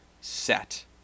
set